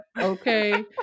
Okay